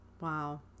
Wow